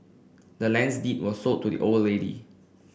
the land's deed was sold to the old lady